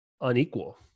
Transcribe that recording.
unequal